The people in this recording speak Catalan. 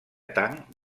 tang